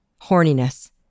horniness